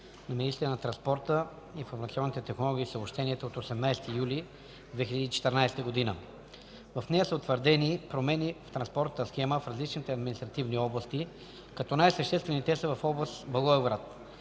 на министъра на транспорта, информационните технологии и съобщенията от 18 юли 2014 г. В нея са утвърдени промени в транспортната схема в различните административни области, като най-съществени те са в област Благоевград.